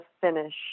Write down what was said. finish